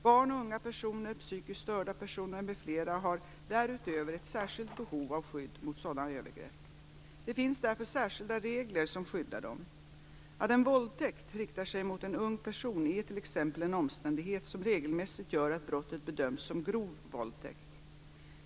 Barn och unga personer, psykiskt störda personer m.fl. har därutöver ett särskilt behov av skydd mot sådana övergrepp. Det finns därför särskilda regler som skyddar dem. Att en våldtäkt riktar sig mot en ung person är t.ex. en omständighet som regelmässigt gör att brottet bedöms som grov våldtäkt.